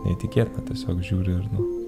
neįtikėtina tiesiog žiūri ir nu